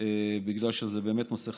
בגלל שזה באמת נושא חשוב.